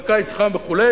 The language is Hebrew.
והקיץ חם וכו',